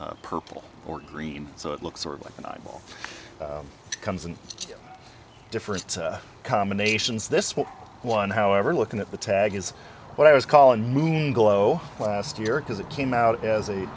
purple or green so it looks sort of like a novel comes in different combinations this will one however looking at the tag is what i was calling moonglow last year because it came out as a